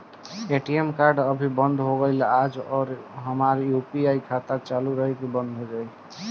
ATM card अभी बंद हो गईल आज और हमार यू.पी.आई खाता चालू रही की बन्द हो जाई?